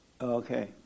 Okay